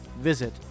Visit